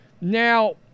Now